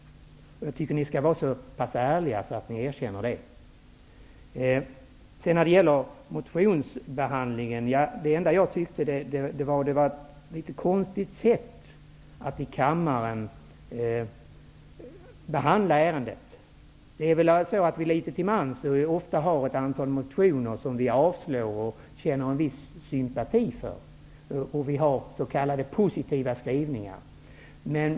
Jag tycker att ni borde kunna vara så pass ärliga att ni erkänner att det är så. Sedan några ord om motionsbehandlingen. Jag tyckte att sättet att behandla ärendet i kammaren var mycket konstigt. Det är väl ofta så att vi litet till mans yrkar avslag på ett antal motioner som vi ändå känner viss sympati för. Vi kan ha s.k. positiva skrivningar.